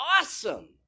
awesome